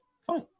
Fine